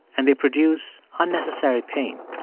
and they produce unnecessary pain.